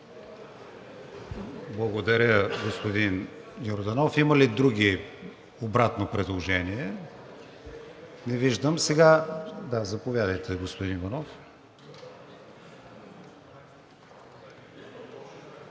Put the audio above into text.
Благодаря, господин Йорданов. Има ли обратно предложение? Не виждам. Да, заповядайте, господин Иванов.